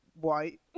white